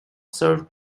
served